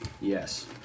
Yes